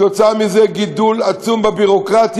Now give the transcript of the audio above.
ובשל כך יש גידול עצום בביורוקרטיה